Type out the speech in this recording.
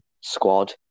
squad